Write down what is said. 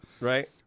right